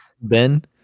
Ben